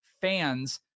fans